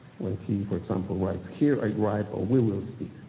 when he, for example, writes, here i write, or we will speak.